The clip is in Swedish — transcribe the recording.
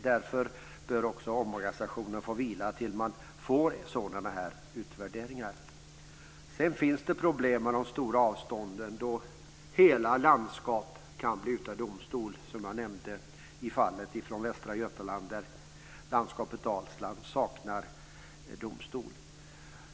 Därför bör också omorganisationen få vila tills man får sådana här utvärderingar. Sedan finns det problem med de stora avstånden då hela landskap kan bli utan domstol. Så var det, som jag nämnde, i Västra Götaland. Där saknar landskapet Dalsland domstol.